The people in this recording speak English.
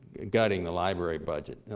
gutting the library budget.